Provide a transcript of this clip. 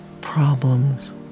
Problems